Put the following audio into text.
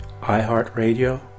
iHeartRadio